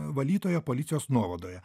valytoja policijos nuovadoje